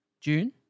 June